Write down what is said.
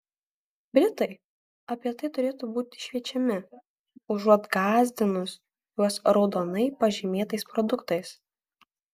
britai apie tai turėtų būti šviečiami užuot gąsdinus juos raudonai pažymėtais produktais